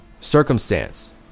Circumstance